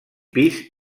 pis